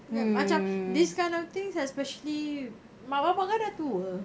macam these kind of things especially mak bapa kau dah tua